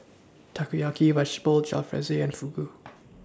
Takoyaki Jalfrezi and Fugu